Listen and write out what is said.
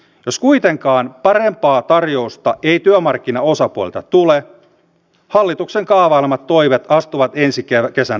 jos kuitenkaan parempaa tarjousta ei työmarkkinaosapuolilta tule hallituksen kaavailemat toimet astuvat ensi kesänä voimaan